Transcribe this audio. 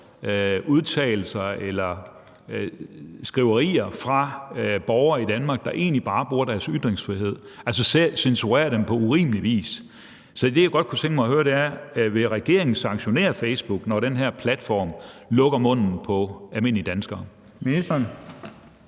udtalelser eller skriverier fra borgere i Danmark, der egentlig bare bruger deres ytringsfrihed. Så det, jeg godt kunne tænke mig at høre, er: Vil regeringen sanktionere Facebook, når den her platform lukker munden på almindelige danskere? Kl.